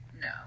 No